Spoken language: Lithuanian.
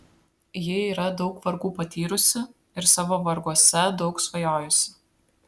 ji yra daug vargų patyrusi ir savo varguose daug svajojusi